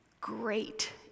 Great